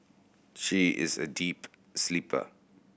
she is a deep sleeper